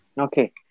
Okay